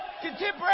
Contemporary